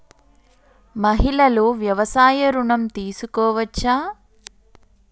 మహిళలు వ్యవసాయ ఋణం తీసుకోవచ్చా?